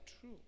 true